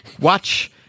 watch